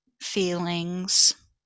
feelings